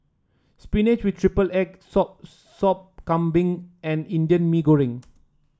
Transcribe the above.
spinach with triple egg sop Sop Kambing and Indian Mee Goreng